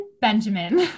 Benjamin